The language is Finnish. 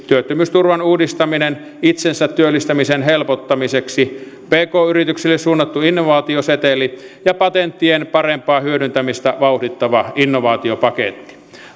työttömyysturvan uudistaminen itsensä työllistämisen helpottamiseksi pk yrityksille suunnattu innovaatioseteli ja patenttien parempaa hyödyntämistä vauhdittava innovaatiopaketti